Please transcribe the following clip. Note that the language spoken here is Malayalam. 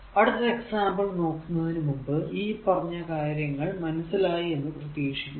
അടുത്ത എക്സാമ്പിൾ നോക്കുന്നതിനു മുമ്പ് ഈ പറഞ്ഞ കാര്യങ്ങൾ മനസ്സിലായി എന്ന് പ്രതീക്ഷിക്കുന്നു